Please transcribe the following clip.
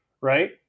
right